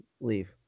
leave